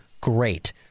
great